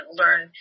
learn